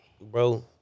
Bro